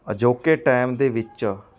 ਅਜੋਕੇ ਟਾਈਮ ਦੇ ਵਿੱਚ